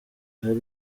hari